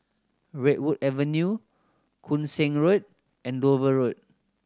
Redwood Avenue Koon Seng Road and Dover Road